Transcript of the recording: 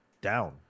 down